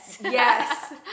Yes